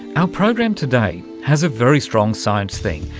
our program today has a very strong science theme.